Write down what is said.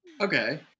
Okay